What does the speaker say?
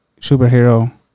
superhero